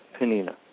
Penina